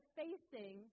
facing